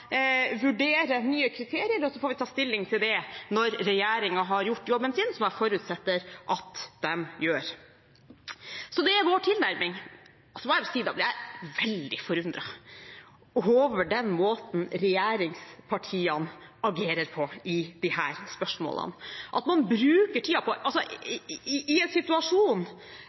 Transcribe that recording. vurdere nye kriterier, og så får vi ta stilling til det når regjeringen har gjort jobben sin, som jeg forutsetter at de gjør. Det er vår tilnærming. Da må jeg si jeg blir veldig forundret over den måten regjeringspartiene agerer på i disse spørsmålene.